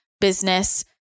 business